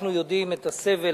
אנחנו יודעים את הסבל,